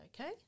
okay